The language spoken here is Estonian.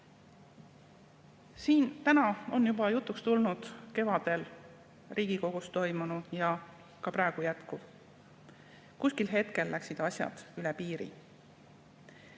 on siin juba jutuks tulnud kevadel Riigikogus toimunu ja ka praegu toimuv. Ühel hetkel läksid asjad üle piiri.